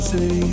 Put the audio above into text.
Say